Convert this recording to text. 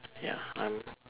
ya I'm